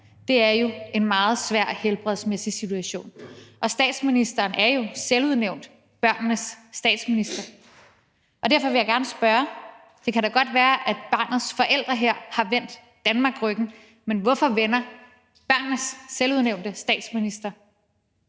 Det er jo en meget svær helbredsmæssig situation. Statsministeren er jo selvudnævnt børnenes statsminister, og derfor vil jeg gerne spørge: Det kan da godt være, at barnets forældre her har vendt Danmark ryggen, men hvorfor vender børnenes selvudnævnte statsminister